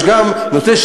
יש גם נושא,